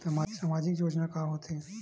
सामाजिक योजना का होथे?